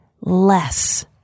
less